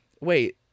wait